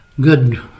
good